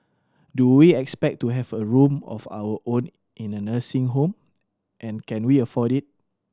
do we expect to have a room of our own in a nursing home and can we afford it